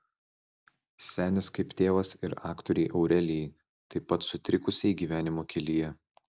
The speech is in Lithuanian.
senis kaip tėvas ir aktorei aurelijai taip pat sutrikusiai gyvenimo kelyje